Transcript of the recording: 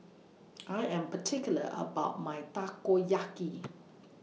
I Am particular about My Takoyaki